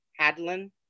Hadlin